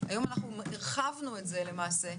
היום הרחבנו את זה לתכנית ייחודית ומלגות.